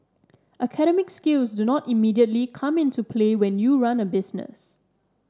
academic skills do not immediately come into play when you run a business